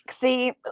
See